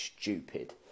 stupid